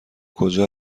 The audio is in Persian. کجا